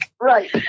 right